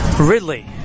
Ridley